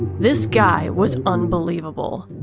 this guy was unbelievable.